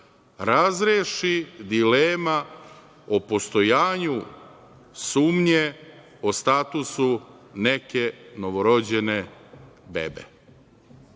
razreši dilema o postojanju sumnje o statusu neke novorođene bebe. Sav